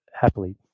happily